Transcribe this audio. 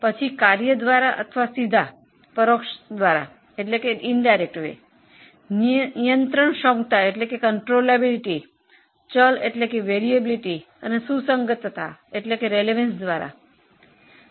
પછી ફંક્શન પ્રત્યક્ષ અથવા પરોક્ષ નિયંત્રણક્ષમતા ચલ અને અનુરૂપતા દ્વારા વર્ગીકૃત કરવામાં આવે છે